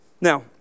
Now